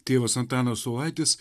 tėvas antanas saulaitis